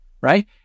right